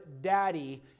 Daddy